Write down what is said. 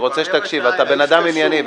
אתה בן-אדם ענייני,